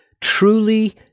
Truly